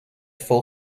full